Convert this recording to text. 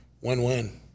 win-win